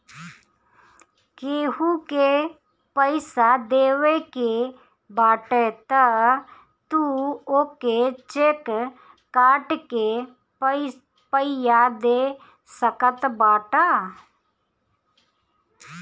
केहू के पईसा देवे के बाटे तअ तू ओके चेक काट के पइया दे सकत बाटअ